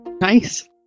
nice